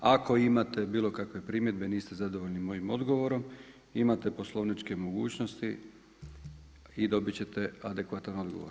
Ako imate bilo kakve primjedbe i niste zadovoljni mojim odgovorom, imate poslovničke mogućnosti i dobit ćete adekvatan odgovor.